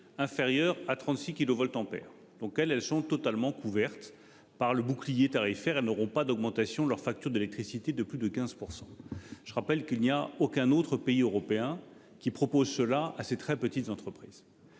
inférieure à 36 kilovoltampères, donc elles, elles sont totalement couverte par le bouclier tarifaire, elles n'auront pas d'augmentation de leur facture d'électricité de plus de 15%. Je rappelle qu'il n'y a aucun autre pays européen qui propose cela à c'est très petites entreprises.